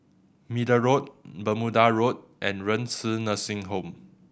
Middle Road Bermuda Road and Renci Nursing Home